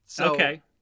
Okay